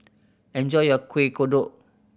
enjoy your Kuih Kodok